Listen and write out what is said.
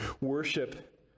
worship